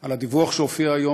על הדיווח שהופיע היום,